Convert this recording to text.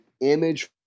image